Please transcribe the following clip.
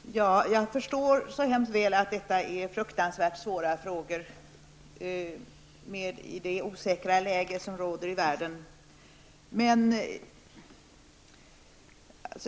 Herr talman! Jag förstår mycket väl att det här rör sig om oerhört svåra frågor, med tanke på det osäkra läget i världen. På